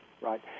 Right